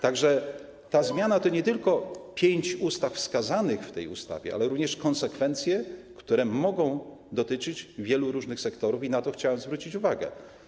Tak że ta zmiana to nie tylko pięć ustaw wskazanych w tej ustawie, ale również konsekwencje, które mogą dotyczyć wielu różnych sektorów, i na to chciałem zwrócić uwagę.